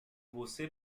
você